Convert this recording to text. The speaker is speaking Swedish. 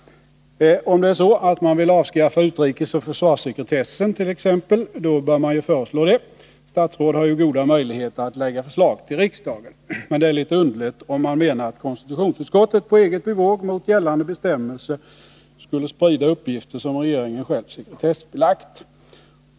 Om det är så att man vill avskaffa utrikesoch försvarssekretessen, då bör man föreslå detta. Statsråd har ju goda möjligheter att lägga fram förslag till riksdagen. Men det är litet underligt om man menar att konstitutionsutskottet på eget bevåg och mot gällande bestämmelser skulle sprida uppgifter som regeringen själv sekretessbelagt.